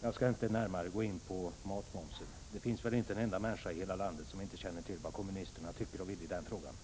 Jag skall inte närmare gå in på matmomsen. Det finns väl inte en enda människa i hela landet som inte känner till vad kommunisterna tycker och vill i den frågan.